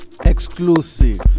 Exclusive